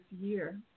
year